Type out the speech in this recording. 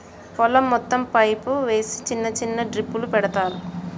పొలం మొత్తం పైపు వేసి చిన్న చిన్న డ్రిప్పులు పెడతార్